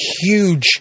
huge